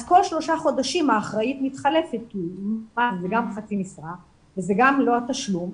אז כל שלושה חודשים האחראית מתחלפת כי גם זה חצי משרה וזה גם לא התשלום,